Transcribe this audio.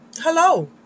Hello